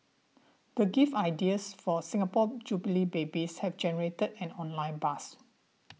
the gift ideas for Singapore Jubilee babies have generated an online buzz